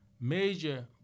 major